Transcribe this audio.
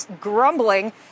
grumbling